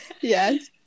Yes